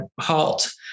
halt